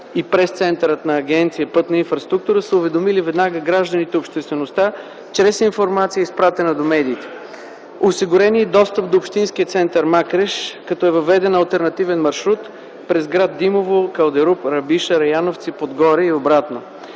и пресцентърът на Агенция „Пътна инфраструктура” са уведомили веднага гражданите и обществеността чрез информация, изпратена до медиите. Осигурен е и достъп до общинския център Макреш, като е въведен алтернативен маршрут през гр. Димово, Калдъръм, Рабиша, Раяновци, Подгоре и обратно.